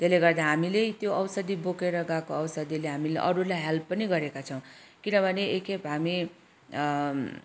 त्यसले गर्दा हामीले त्यो औषधि बोकेर गएको औषधिले अरूलाई हेल्प पनि गरेका छौँ किनभने एक खेप हामी